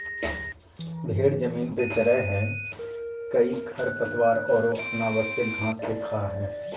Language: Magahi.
भेड़ जमीन पर चरैय हइ कई खरपतवार औरो अनावश्यक घास के खा हइ